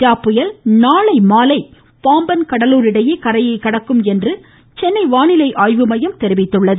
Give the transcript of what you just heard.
கஜா புயல் நாளை மாலை பாம்பன் கடலூர் இடையே கரையை கடக்கும் என்று சென்னை வானிலை ஆய்வு மையம் தெரிவித்துள்ளது